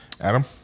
Adam